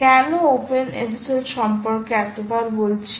কেন OpenSSL সম্পর্কে এতবার বলছি